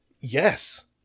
Yes